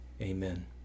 Amen